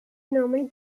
normally